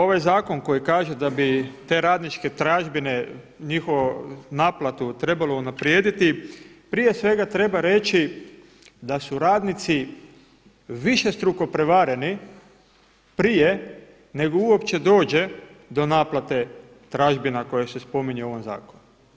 Ovaj zakon koji kaže da bi te radničke tražbine i njihovu naplatu trebalo unaprijediti, prije svega treba reći da su radnici višestruko prevareni prije nego što uopće dođe do naplate tražbina koje se spominje u ovom zakonu.